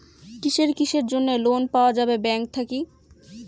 কিসের কিসের জন্যে লোন পাওয়া যাবে ব্যাংক থাকি?